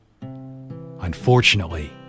Unfortunately